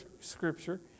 scripture